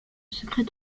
secret